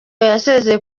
yasezeye